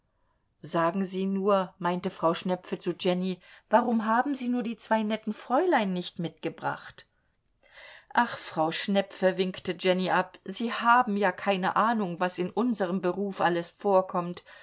sagen sie nur meinte frau schnepfe zu jenny warum haben sie nur die zwei netten fräulein nicht mitgebracht ach frau schnepfe winkte jenny ab sie haben ja keine ahnung was in unsrem beruf alles vorkommt